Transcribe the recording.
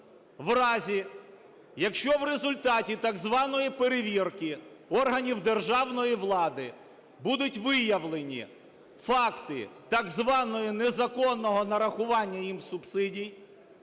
в разі, якщо в результаті так званої перевірки органів державної влади будуть виявлені факти так званого незаконного нарахування їм субсидій,